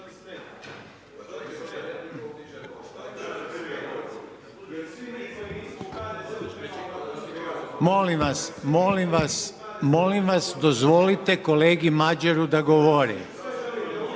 Molim vas, molim vas, molim vas dozvolite kolegi Madjeru da govori.